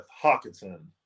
Hawkinson